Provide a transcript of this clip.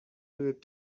group